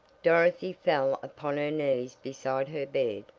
dorothy fell upon her knees beside her bed.